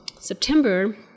September